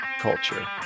culture